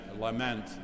lament